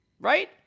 Right